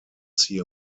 see